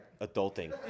adulting